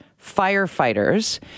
firefighters